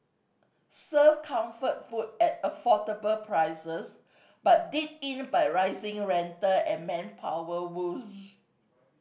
served comfort food at affordable prices but did in by rising rental and manpower woes